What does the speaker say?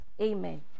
amen